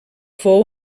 fou